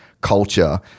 culture